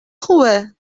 خوبه